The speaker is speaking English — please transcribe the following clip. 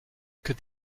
could